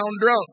drunk